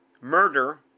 Murder